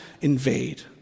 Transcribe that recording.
invade